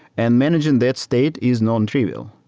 and managing that state is non-trivial.